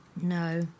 No